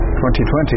2020